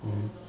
mm